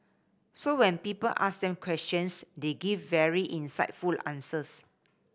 so when people asked them questions they give very insightful answers